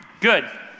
Good